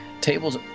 Tables